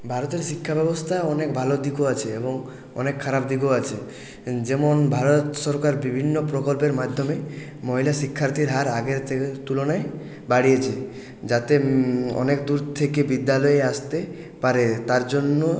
ভারতের শিক্ষাব্যবস্থা অনেক ভালো দিকও আছে এবং অনেক খারাপ দিকও আছে যেমন ভারত সরকার বিভিন্ন প্রকল্পের মাধ্যমে মহিলা শিক্ষার্থীর হার আগের থেকে তুলনায় বাড়িয়েছে যাতে অনেক দূর থেকে বিদ্যালয়ে আসতে পারে তার জন্য